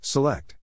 Select